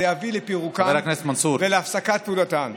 זה יביא לפירוקן ולהפסקת פעולתן.